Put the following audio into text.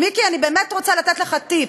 מיקי, אני באמת רוצה לתת לך טיפ: